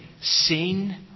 seen